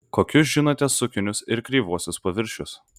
kokius žinote sukinius ir kreivuosius paviršius